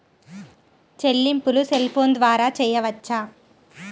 చెల్లింపులు cell phone ద్వారా చేయవచ్చా?